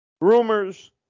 rumors